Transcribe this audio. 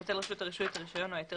תבטל רשות הרישוי את הרישיון או ההיתר